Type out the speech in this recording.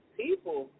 people